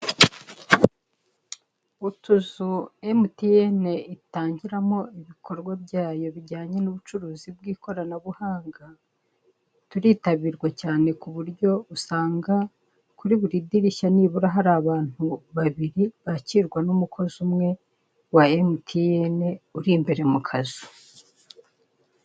Utuzu emutiyeni itangiramo ibikorwa byayo bijyanye n'ubucuruzi bw'ikoranabuhanga, turitabirwa cyane ku buryo usanga kuri buri dirishya nibura hari abantu babiri bakirwa n'umukozi umwe wa emutiyeni uri imbere mu kazu.